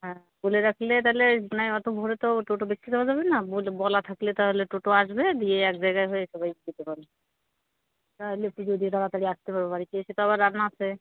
হ্যাঁ বলে রাখলে তাহলে নয় অত ভোরে তো টোটো দেখতে যাওয়া যাবে না বলা থাকলে তাহলে টোটো আসবে দিয়ে এক জায়গায় হয়ে সবাই যেতে পারবে তাহলে পুজো দিয়ে তাড়াতাড়ি আসতে পারবো বাড়িতে এসে তো আবার রান্না আছে